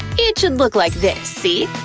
it should look like this, see?